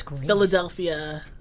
Philadelphia